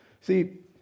See